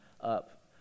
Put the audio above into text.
up